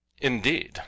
Indeed